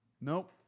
Nope